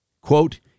quote